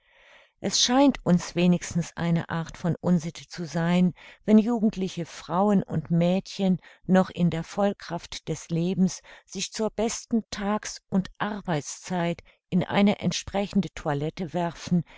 es scheint uns wenigstens eine art von unsitte zu sein wenn jugendliche frauen und mädchen noch in der vollkraft des lebens sich zur besten tags und arbeitszeit in eine entsprechende toilette werfen